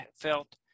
felt